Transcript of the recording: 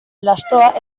lastoa